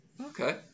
Okay